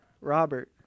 Robert